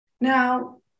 Now